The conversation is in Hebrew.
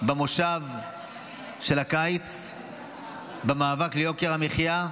במושב של הקיץ במאבק ביוקר המחיה,